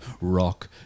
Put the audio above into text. rock